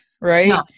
right